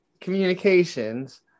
communications